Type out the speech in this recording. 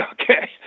okay